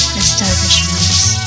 establishments